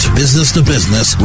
business-to-business